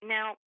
Now